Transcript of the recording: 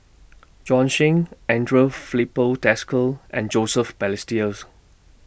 Bjorn Shen Andre Filipe Desker and Joseph Balestier's